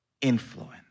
influence